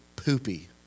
poopy